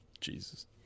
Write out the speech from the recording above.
Jesus